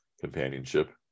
companionship